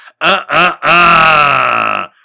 Uh-uh-uh